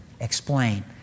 explain